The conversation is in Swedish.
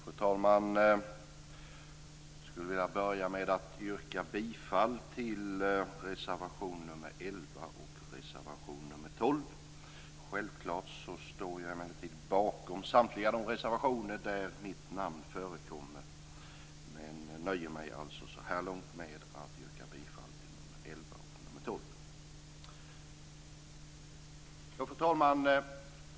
Fru talman! Jag skulle vilja börja med att yrka bifall till reservation nr 11 och reservation nr 12. Självklart står jag emellertid bakom samtliga de reservationer där mitt namn förekommer, men jag nöjer mig alltså så här långt med att yrka bifall till nr 11 och nr 12. Fru talman!